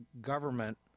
government